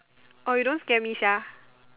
orh you don't scare me sia